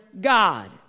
God